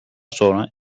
sonra